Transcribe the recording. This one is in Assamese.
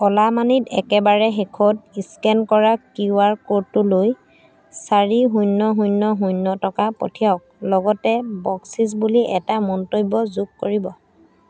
অ'লা মানিত একেবাৰে শেষত স্কেন কৰা কিউ আৰ ক'ডটোলৈ চাৰি শূন্য শূন্য শূন্য টকা পঠিয়াওক লগতে বকচিচ বুলি এটা মন্তব্য যোগ কৰিব